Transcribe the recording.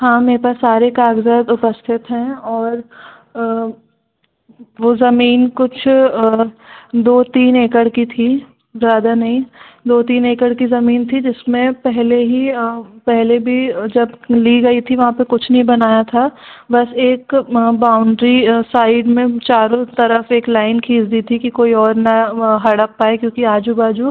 हाँ मेरे पास सारे कागज़ात उपस्थित हैं और वो ज़मीन कुछ दो तीन एकड़ की थी ज़्यादा नहीं दो तीन एकड़ की ज़मीन थी जिसमें पहले ही पहले भी जब ली गई थी वहाँ पे कुछ नहीं बनाया था बस एक बाउंडरी साइड में चारों तरफ एक लाइन खींच दी थी कि कोई और ना हड़प पाए क्योंकि आजू बाजू